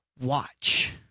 watch